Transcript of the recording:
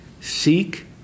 Seek